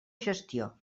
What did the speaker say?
gestió